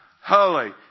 Holy